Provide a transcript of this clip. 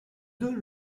deux